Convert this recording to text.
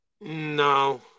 No